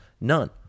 None